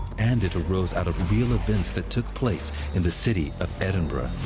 and it arose out of real events that took place in the city of edinburgh.